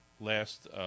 last